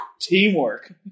Teamwork